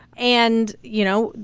and, you know,